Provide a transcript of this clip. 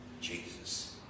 Jesus